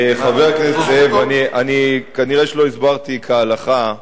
חבר הכנסת זאב, כנראה לא הסברתי כהלכה,